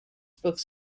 spoke